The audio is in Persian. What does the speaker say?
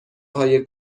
های